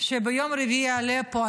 שביום רביעי יעלה פה,